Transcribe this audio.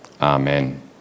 amen